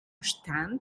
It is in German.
stand